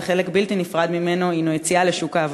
וחלק בלתי נפרד ממנו הוא יציאה לשוק העבודה.